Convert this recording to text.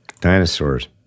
Dinosaurs